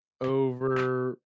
over